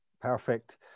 perfect